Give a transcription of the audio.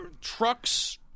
trucks